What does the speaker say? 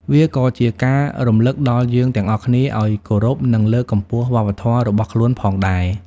វាក៏ជាការរំលឹកដល់យើងទាំងអស់គ្នាឲ្យគោរពនិងលើកកម្ពស់វប្បធម៌របស់ខ្លួនផងដែរ។